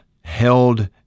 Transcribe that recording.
held